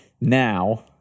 now